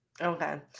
Okay